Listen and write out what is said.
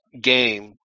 game